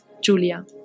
Julia